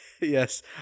yes